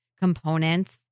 components